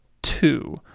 two